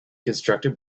constructed